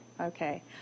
Okay